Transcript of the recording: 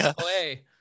hey